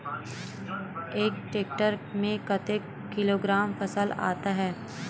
एक टेक्टर में कतेक किलोग्राम फसल आता है?